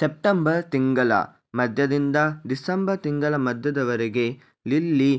September ತಿಂಗಳ ಮಧ್ಯದಿಂದ December ತಿಂಗಳ ಮಧ್ಯದವರೆಗೆ ಲಿಲ್ಲಿ